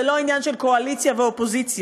זה לא עניין של קואליציה ואופוזיציה,